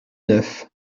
neuf